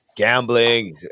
Gambling